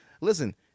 listen